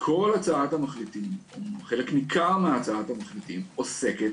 כל הצעת המחליטים, חלק ניכר מהצעת המחליטים, עוסקת